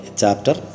chapter